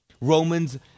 Romans